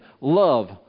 Love